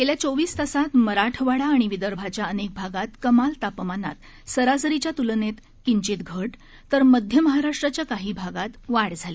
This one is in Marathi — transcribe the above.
गेल्या चोवीस तासात मराठवाडा आणि विदर्भाच्या अनेक भागांत कमाल तापमानात सरासरीच्या तुलनेत किंवित घट तर मध्य महाराष्ट्राच्या काही भागांत वाढ झाली